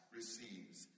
receives